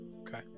Okay